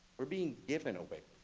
we're being given a way